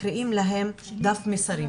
מקריאים להם דף מסרים.